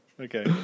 Okay